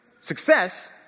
success